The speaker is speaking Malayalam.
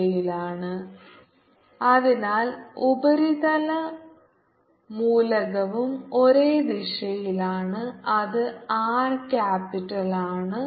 ds charged enclosed0 അതിനാൽ ഉപരിതല മൂലകവും ഒരേ ദിശയിലാണ് അത് R ക്യാപിറ്റൽമാണ്